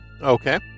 Okay